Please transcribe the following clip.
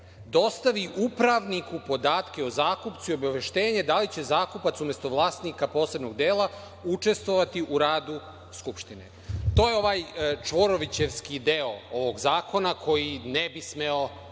dostavi upravniku podatke o zakupcu i obaveštenje da li će zakupac umesto vlasnika posebnog dela učestvovati u radu skupštine. To je ovaj čvorovićevski deo ovog zakona koji ne bi smeo